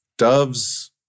Dove's